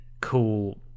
cool